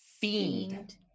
fiend